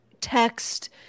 text